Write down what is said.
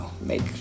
make